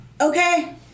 Okay